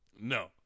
No